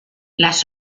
las